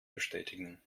bestätigen